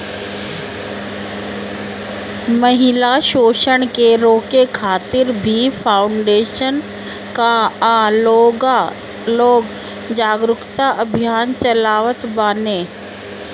महिला शोषण के रोके खातिर भी फाउंडेशन कअ लोग जागरूकता अभियान चलावत बाने